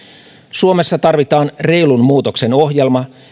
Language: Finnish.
suomessa tarvitaan reilun muutoksen ohjelma